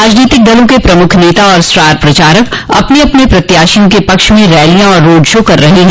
राजनीतिक दलों के प्रमुख नेता और स्टार प्रचारक अपने अपने प्रत्याशियों के पक्ष में रैलियां और रोड शो कर रहे हैं